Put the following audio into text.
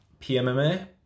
PMMA